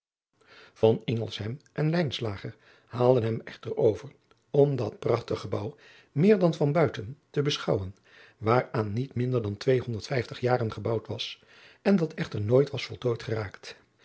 en haalden hem echter over om dat prachtig gebouw meer dan van buiten te beschouwen waaraan niet minder dan tweehonderd vijftig jaren gebouwd was en dat echter nooit was voltooid geraakt